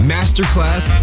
Masterclass